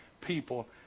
people